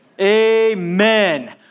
amen